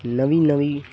નવી નવી